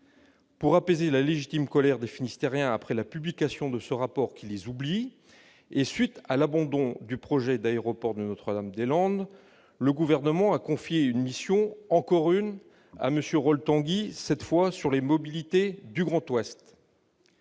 Pour apaiser la légitime colère des Finistériens après la publication de ce rapport qui les oublie, et à la suite de l'abandon du projet d'aéroport de Notre-Dames-des-Landes, le Gouvernement a confié une mission- encore une ! -à M. Rol-Tanguy, cette fois sur les mobilités du Grand Ouest.